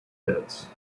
pits